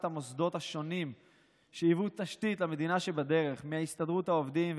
המוסדות השונים שהיוו תשתית למדינה שבדרך: מהסתדרות העובדים,